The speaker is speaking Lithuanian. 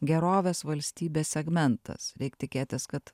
gerovės valstybės segmentas reik tikėtis kad